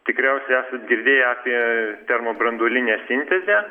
tikriausiai esat girdėję apie termobranduolinę sintezę